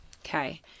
Okay